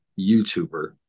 YouTuber